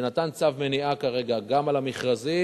שנתן צו מניעה כרגע גם על המכרזים,